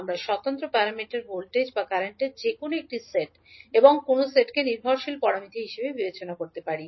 আমরা স্বতন্ত্র প্যারামিটার হিসাবে ভোল্টেজ বা কারেন্টের যে কোনও একটি সেট এবং কোনও সেটকে নির্ভরশীল প্যারামিটার হিসাবে বিবেচনা করতে পারি